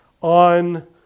on